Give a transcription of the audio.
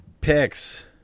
picks